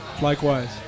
Likewise